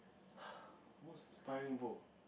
most inspiring book